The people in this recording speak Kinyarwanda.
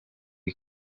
iyi